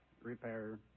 Repair